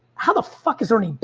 how the fuck is earnie